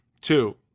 Two